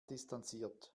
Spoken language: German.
distanziert